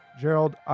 Gerald